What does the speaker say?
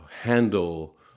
handle